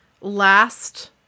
last